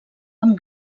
amb